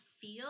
feel